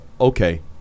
okay